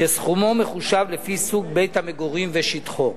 שסכומו מחושב לפי סוג בית-המגורים ושטחו.